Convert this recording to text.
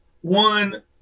one